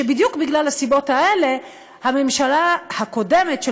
שבדיוק מהסיבות האלה הממשלה הקודמת של